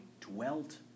dwelt